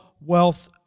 wealth